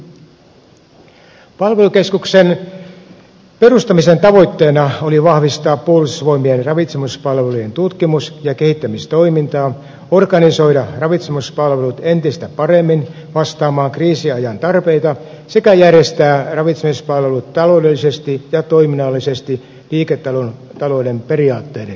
palvelukeskuksen perustamisen tavoitteena oli vahvistaa puolustusvoimien ravitsemuspalvelujen tutkimus ja kehittämistoimintaa organisoida ravitsemuspalvelut entistä paremmin vastaamaan kriisiajan tarpeita sekä järjestää ravitsemuspalvelut taloudellisesti ja toiminnallisesti liiketalouden periaatteiden mukaisesti